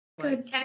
Good